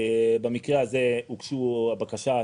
במקרה הזה הוגשה בקשה,